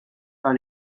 par